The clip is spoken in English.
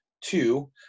Two